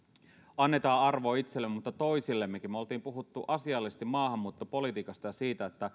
annetaan arvo itsellemme mutta toisillemmekin me olimme puhuneet asiallisesti maahanmuuttopolitiikasta ja siitä